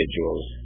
individuals